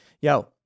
yo